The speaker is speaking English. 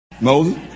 Moses